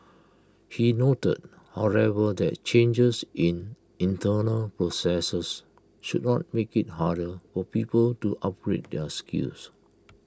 he noted however that changes in internal processes should not make IT harder for people to upgrade their skills